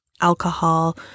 alcohol